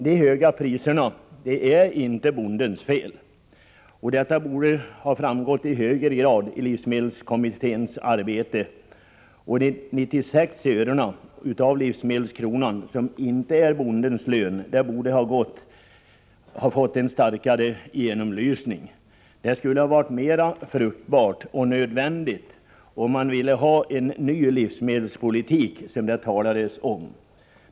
De höga priserna är inte bondens fel. Detta borde ha framgått i högre grad i livsmedelskommitténs arbete. De 96 örena av livsmedelskronan som inte är bondens lön borde ha fått en starkare genomlysning. Det skulle varit mera fruktbart, och nödvändigt om man ville ha en ny livsmedelspolitik, som det talades om.